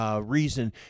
reason